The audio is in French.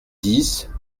dix